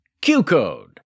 Q-Code